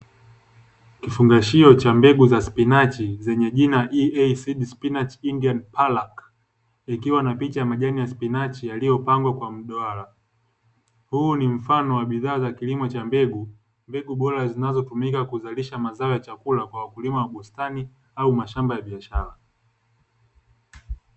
Kifungashio cha mbegu za spinachi chenye jina "EA Seed Spinach Indian Palak". Ikiwa na picha ya majani ya spinachi yaliyopangwa kwa mduara, huu ni mfano wa bidhaa za kilimo cha mbegu, mbegu bora zinazotumika kuzalisha mazao ya chakula kwa wakulima wa bustani au mashamba ya biashara.